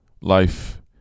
Life